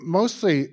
mostly